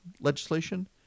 legislation